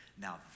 Now